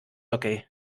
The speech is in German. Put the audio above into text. jockey